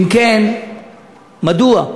2. אם כן, מדוע?